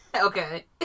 Okay